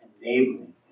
enabling